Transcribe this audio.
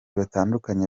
batandukanye